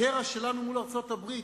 קרע שלנו מול ארצות-הברית,